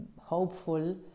hopeful